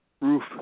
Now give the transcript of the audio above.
Roof